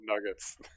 nuggets